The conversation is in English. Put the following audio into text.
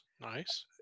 nice